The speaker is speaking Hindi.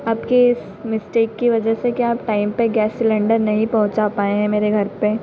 आपके इस मिस्टेक की वजह से कि आप टाइम पर गैस सिलेन्डर नहीं पहुँचा पाए हैं मेरे घर पर